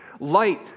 Light